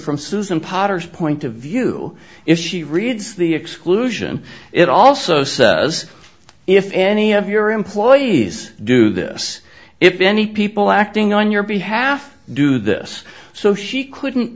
from susan potter's point of view if she reads the exclusion it also says if any of your employees do this if any people acting on your behalf do this so she couldn't